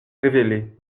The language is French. révéler